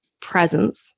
presence